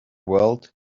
world